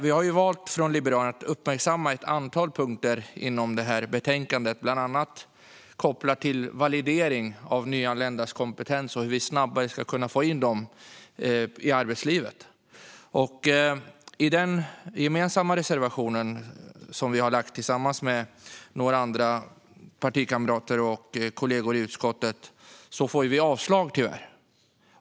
Vi har från Liberalerna valt att uppmärksamma ett antal punkter i det här betänkandet, bland annat kopplade till validering av nyanländas kompetens och hur vi snabbare ska kunna få in dem i arbetslivet. När det gäller den gemensamma reservation som vi har tillsammans med kamrater från några andra partier och kollegor i utskottet får vi tyvärr avslag.